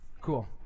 Cool